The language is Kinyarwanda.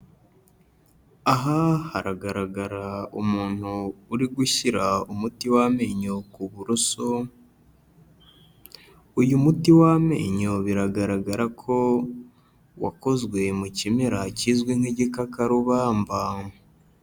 Aha haragaragara umuntu uri gushyira umuti w'amenyo ku buroso, uyu muti w'amenyo biragaragara ko wakozwe mu kimera kizwi nk'igikakarubamba.